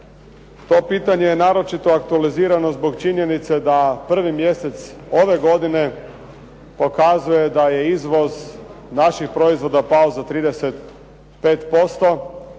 To pitanje je naročito aktualizirano zbog činjenice da prvi mjesec ove godine pokazuje da je izvoz naših proizvoda pao za 35%,